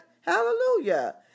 Hallelujah